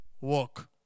work